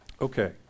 Okay